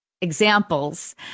examples